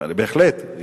בהחלט,